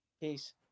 Peace